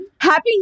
Happy